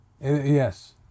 Yes